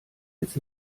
jetzt